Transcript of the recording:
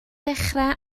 dechrau